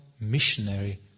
missionary